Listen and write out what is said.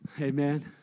Amen